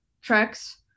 tracks